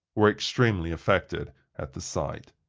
were extremely affected at the sight.